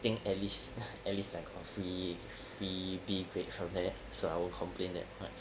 I think at least at least I got free free B grade from that I won't complain that much